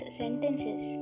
sentences